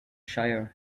shire